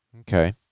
okay